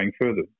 further